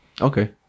Okay